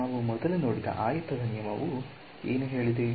ನಾವು ಮೊದಲು ನೋಡಿದ ಆಯತದ ನಿಯಮವು ಏನು ಹೇಳಿದೆ